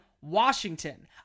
Washington